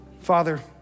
Father